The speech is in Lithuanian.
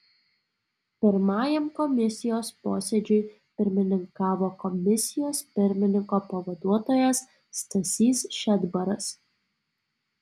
pirmajam komisijos posėdžiui pirmininkavo komisijos pirmininko pavaduotojas stasys šedbaras